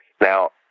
Now